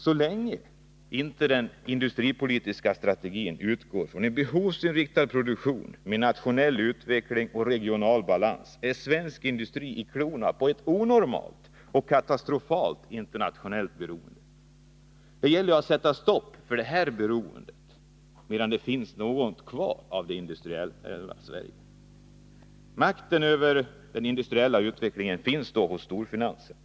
Så länge inte den industripolitiska strategin utgår från en behovsinriktad produktion med nationell utveckling och regional balans är svensk industri i klorna på ett onormalt och katastrofalt internationellt beroende. Det gäller att sätta stopp för detta beroende medan det finns något kvar av det industriella Sverige. Makten över den industriella utvecklingen finns hos storfinansen.